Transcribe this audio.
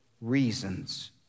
reasons